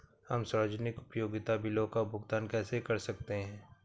हम सार्वजनिक उपयोगिता बिलों का भुगतान कैसे कर सकते हैं?